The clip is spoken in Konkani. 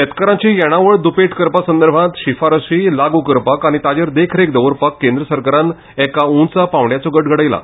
शेतकारांची येणावळ द्पेट करपा विशीं शिफारसी लागू करपाक आनी ताचेर देखरेख दवरपाक केंद्र सरकारान एका उंचा पांवडयाचो गट घडयला